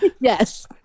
Yes